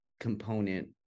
component